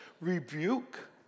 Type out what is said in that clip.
Rebuke